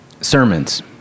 sermons